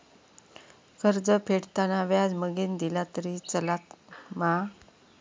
कर्ज फेडताना व्याज मगेन दिला तरी चलात मा?